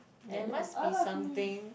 there must be something